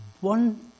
one